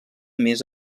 més